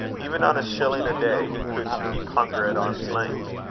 even on a shilling a day, he could keep hunger at arm's length.